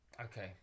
okay